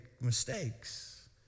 mistakes